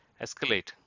Escalate